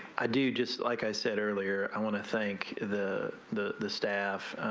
i do just like i said earlier i want to thank the the the staff